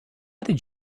did